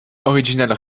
original